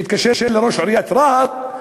שהתקשר לראש עיריית רהט,